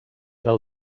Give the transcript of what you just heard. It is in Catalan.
del